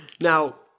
Now